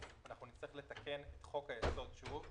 אנחנו נצטרך לתקן את חוק-היסוד שוב.